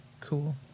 cool